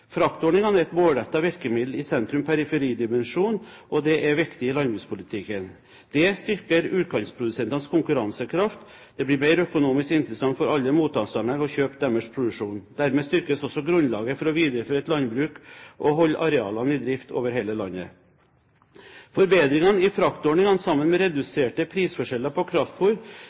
Fraktordningene er et målrettet virkemiddel i sentrum–periferidimensjonen, og det er viktig i landbrukspolitikken. Det styrker utkantprodusentenes konkurransekraft – det blir mer økonomisk interessant for alle mottaksanlegg å kjøpe deres produksjon. Dermed styrkes også grunnlaget for å videreføre et landbruk – og å holde arealene i drift – over hele landet. Forbedringene i fraktordningene, sammen med reduserte prisforskjeller på